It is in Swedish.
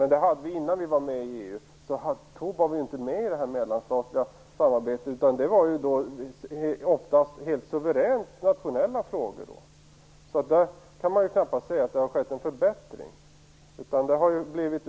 Men innan vi var med i EU var vi ju inte med i det mellanstatliga samarbetet. Då gällde det oftast suveränt nationella frågor. Så man kan knappast säga att det har skett en förbättring på det området.